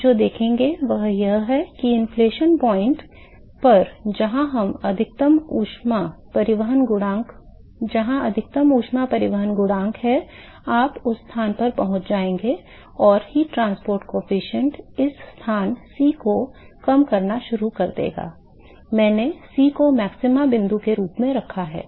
आप जो देखेंगे वह यह है कि inflexion point पर जहां अधिकतम ऊष्मा परिवहन गुणांक है आप उस स्थान पर पहुंच जाएंगे और ऊष्मा परिवहन गुणांक इस स्थान C को कम करना शुरू कर देगा मैंने C को मैक्सिमा बिंदु के रूप में रखा है